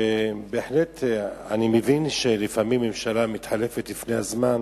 אני בהחלט מבין שלפעמים ממשלה מתחלפת לפני הזמן